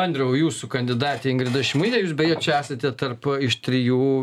andriau jūsų kandidatė ingrida šimonytė jūs beje čia esate tarp iš trijų